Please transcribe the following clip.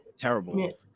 terrible